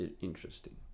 interesting